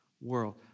world